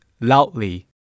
loudly